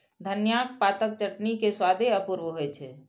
धनियाक पातक चटनी के स्वादे अपूर्व होइ छै